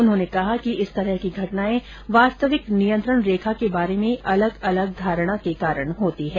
उन्होंने कहा कि इस तरह की घटनाएं वास्तंविक नियंत्रण रेखा के बारे में अलग अलग धारणा के कारण होती हैं